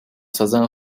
southern